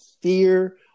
fear